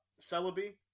Celebi